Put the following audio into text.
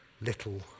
little